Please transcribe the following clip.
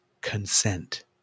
consent